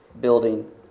building